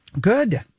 Good